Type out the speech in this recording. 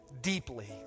deeply